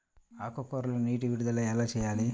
ఆకుకూరలకు నీటి విడుదల ఎలా చేయాలి?